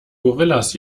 gorillas